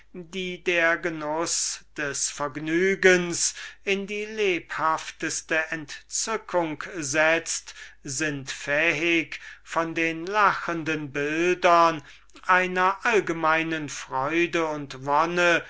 die der genuß des vergnügens in die lebhafteste entzückung setzt sind fähig von den lachenden bildern einer allgemeinen freude und